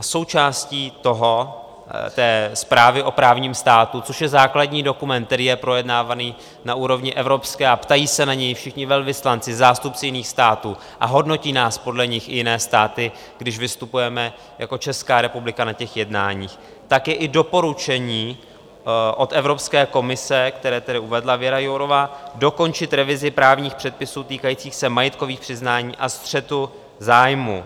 Součástí té zprávy o právním státu, což je základní dokument, který je projednávaný na úrovni evropské a ptají se na něj všichni velvyslanci, zástupci jiných států, a hodnotí nás podle nich (?) i jiné státy, když vystupujeme jako Česká republika na těch jednáních, tak je i doporučení od Evropské komise, které tedy uvedla Věra Jourová, dokončit revizi právních předpisů týkajících se majetkových přiznání a střetu zájmů.